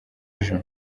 ejo